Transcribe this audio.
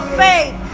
faith